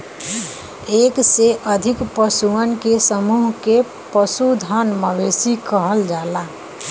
एक से अधिक पशुअन के समूह के पशुधन, मवेशी कहल जाला